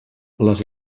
les